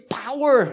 power